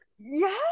Yes